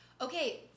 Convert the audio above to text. Okay